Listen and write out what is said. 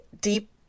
deep